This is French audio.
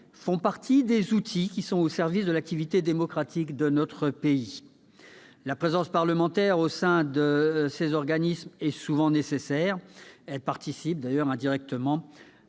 font partie des outils au service de l'activité démocratique de notre pays. La présence de parlementaires au sein de ces organismes est souvent nécessaire : elle participe indirectement